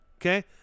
okay